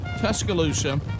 tuscaloosa